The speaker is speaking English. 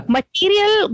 Material